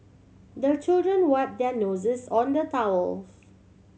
the children wipe their noses on the towels